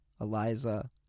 Eliza